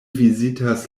vizitas